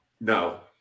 No